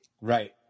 Right